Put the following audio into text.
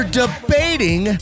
debating